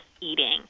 eating